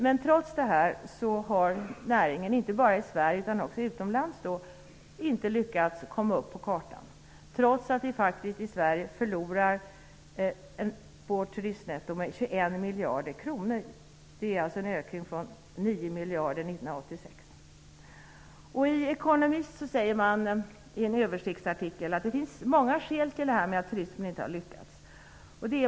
Men trots det har inte näringen, varken i Sverige eller utomlands, lyckats komma upp på kartan. I Sverige förlorar vi 21 miljarder kronor på vårt turistnetto. Det är alltså en ökning från 9 miljarder 1986. I en översiktsartikel i ''The Economist'' säger man att det finns många skäl till att turismen inte har lyckats.